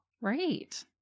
Right